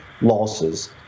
losses